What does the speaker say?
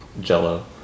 jello